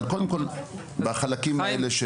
אבל קודם כל אגע בחלקים האלה,